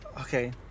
Okay